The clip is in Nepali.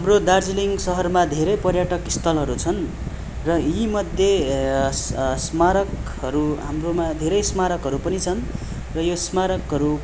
हाम्रो दार्जिलिङ सहरमा धेरै पर्यटक स्थलहरू छन् र यीमध्ये स्मारकहरू हाम्रोमा धेरै स्मारकहरू पनि छन् र यो स्मारकहरू